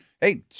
hey